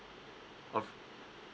of